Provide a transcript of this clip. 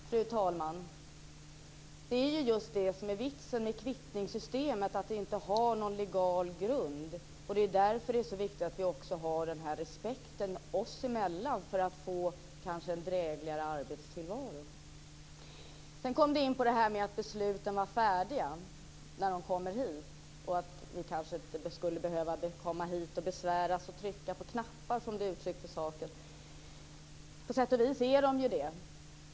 Fru talman! Det är ju just det som är vitsen med kvittningssystemet, att det inte har någon legal grund. Det är ju därför det är så viktigt att vi också har den här respekten oss emellan för att få kanske en drägligare arbetstillvaro. Sedan kom vi in på det här med att besluten var färdiga när frågorna kommer hit, och att vi kanske inte skulle behöva komma hit och besväras och trycka på knappar, som saken uttrycktes. På sätt och vis är ju besluten färdiga.